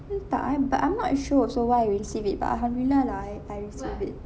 mm but I but I'm not sure also why I received it but alhamdulillah lah I I received it